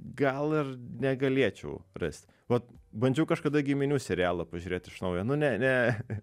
gal ir negalėčiau rasti vat bandžiau kažkada giminių serialą pažiūrėt iš naujo nu ne ne